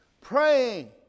praying